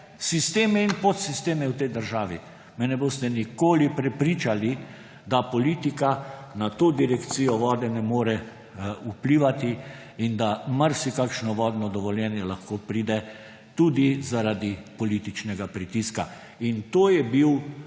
sisteme in podsisteme v tej državi, me ne boste nikoli prepričali, da politika na to Direkcijo za vode ne more vplivati in da marsikakšno vodno dovoljenje lahko pride tudi zaradi političnega pritiska. To je bil